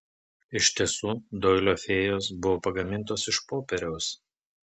iš tiesų doilio fėjos buvo pagamintos iš popieriaus